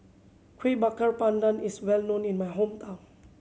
Kuih Bakar Pandan is well known in my hometown